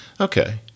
Okay